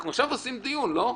אנחנו עכשיו עושים דיון, לא?